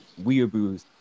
weeaboos